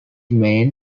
main